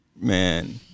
Man